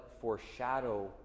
foreshadow